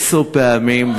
עשר פעמים,